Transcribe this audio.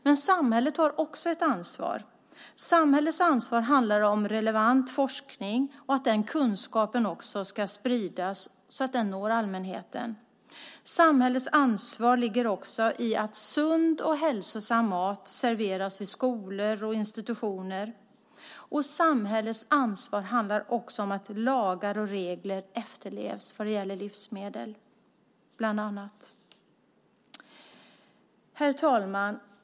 Men samhället har också ett ansvar. Samhällets ansvar handlar om relevant forskning och att den kunskapen ska spridas så att den når allmänheten. Samhällets ansvar ligger också i att sund och hälsosam mat serveras i skolor och institutioner. Samhällets ansvar handlar om att lagar och regler efterlevs vad gäller livsmedel bland annat. Herr talman!